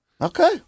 Okay